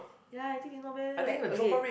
ya I think it not bad leh like okay